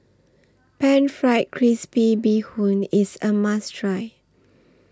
Pan Fried Crispy Bee Hoon IS A must Try